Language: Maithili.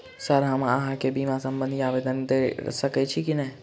सर हम अहाँ केँ बीमा संबधी आवेदन कैर सकै छी नै?